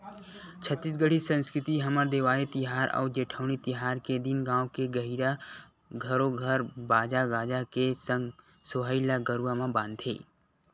छत्तीसगढ़ी संस्कृति हमर देवारी तिहार अउ जेठवनी तिहार के दिन गाँव के गहिरा घरो घर बाजा गाजा के संग सोहई ल गरुवा म बांधथे